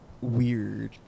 weird